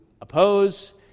Oppose